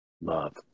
Love